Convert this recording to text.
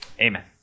amen